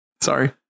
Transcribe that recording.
Sorry